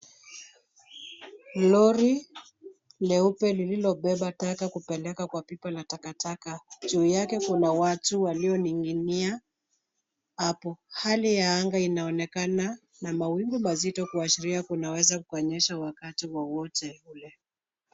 Lori leupe lililobeba taka kupeleka kwa pipa la takataka. Juu yake kuna watu walioning'inia hapo. Hali ya anga inaonekana na mawingu mazito kuashiria kunaweza kunyesha wakati wowote.